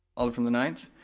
alder from the ninth,